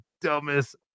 dumbest